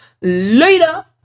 Later